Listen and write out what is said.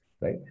right